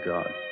God